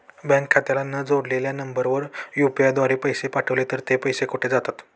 Bank खात्याला न जोडलेल्या नंबरवर यु.पी.आय द्वारे पैसे पाठवले तर ते पैसे कुठे जातात?